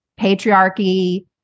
patriarchy